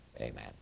amen